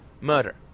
murder